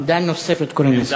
עמדה נוספת קוראים לזה.